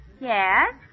Yes